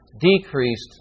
decreased